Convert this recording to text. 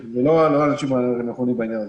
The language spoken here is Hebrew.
האנשים הנכונים בעניין הזה.